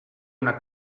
una